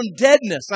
deadness